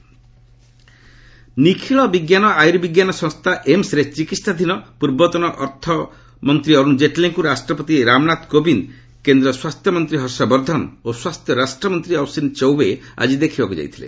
president Jaitley ନିଖିଳ ବିଜ୍ଞାନ ଆର୍ୟୁବିଜ୍ଞାନ ସଂସ୍ଥା ଏମ୍ସ୍ରେ ଚିକିହାଧୀନ ପୂର୍ବତନ ଅର୍ଥମନ୍ତ୍ରୀ ଅରୁଣ ଜେଟଲୀଙ୍କୁ ରାଷ୍ଟ୍ରପତି ରାମନାଥ କୋବିନ୍ଦ କେନ୍ଦ୍ର ସ୍ୱାସ୍ଥ୍ୟମନ୍ତ୍ରୀ ହର୍ଷ ବର୍ଦ୍ଧନ ଓ ସ୍ୱାସ୍ଥ୍ୟ ରାଷ୍ଟ୍ରମନ୍ତ୍ରୀ ଅଶ୍ୱିନୀ ଚୌବେ ଆଜି ଦେଖିବାକୁ ଯାଇଥିଲେ